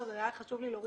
היה חשוב לי להוריד את זה.